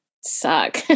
suck